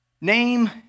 Name